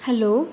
hello